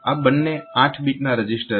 આ બંને 8 bit register છે